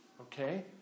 Okay